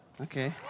Okay